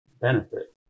benefit